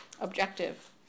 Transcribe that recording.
objective